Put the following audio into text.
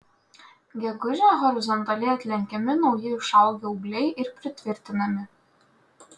gegužę horizontaliai atlenkiami nauji išaugę ūgliai ir pritvirtinami